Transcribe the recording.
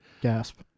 Gasp